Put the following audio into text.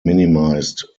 minimized